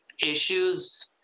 issues